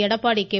Edappadi K